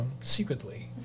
secretly